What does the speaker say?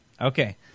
Okay